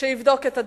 שיבדוק את הדברים,